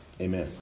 Amen